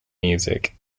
music